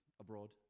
abroad